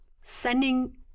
sending